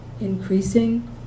increasing